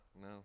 no